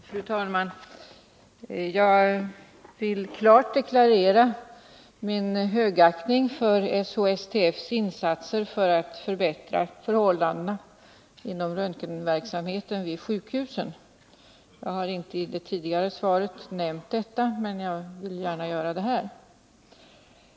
Fru talman! Jag vill klart deklarera min högaktning för SHSTF:s insatser för att förbättra förhållandena inom röntgenverksamheten vid sjukhusen. Jag har inte i interpellationssvaret nämnt detta, men jag vill gärna göra det nu.